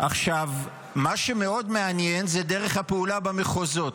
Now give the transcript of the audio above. מה שמאוד מעניין זה דרך הפעולה במחוזות.